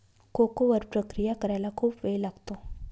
cocoa वर प्रक्रिया करायला खूप वेळ लागतो